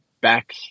back